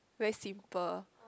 very simple